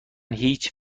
هیچ